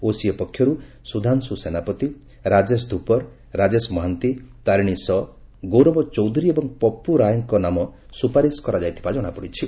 OCA ପକ୍ଷରୁ ସୁଧାଂଶୁ ସେନାପତି ରାଜେଶ ଧୂପର ରାଜେଶ ମହାନ୍ତି ତାରିଶୀ ସ ଗୌରବ ଚୌଧୁରୀ ଏବଂ ପପୁ ରାୟଙ୍ଙ ନାମ ସୁପାରିଶ କରାଯାଇଥିବା ଜଣାପଡିଛି